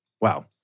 Wow